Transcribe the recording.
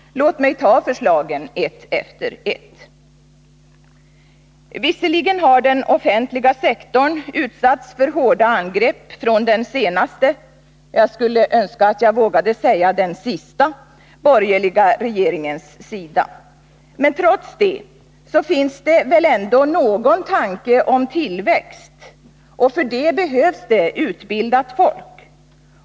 Låt mig ta förslagen ett efter ett: Visserligen har den offentliga sektorn utsatts för hårda angrepp från den senaste — jag skulle önska att jag vågade säga den sista — borgerliga regeringens sida. Men trots det finns det väl ändå någon tanke om tillväxt, och för det behövs det utbildat folk.